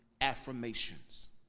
affirmations